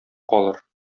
калыр